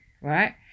right